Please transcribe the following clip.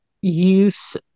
use